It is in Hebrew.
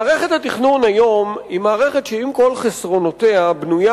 מערכת התכנון היום היא מערכת שעם כל חסרונותיה בנויה